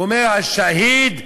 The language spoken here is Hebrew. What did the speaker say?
הוא אומר: השהיד,